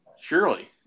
Surely